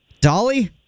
Dolly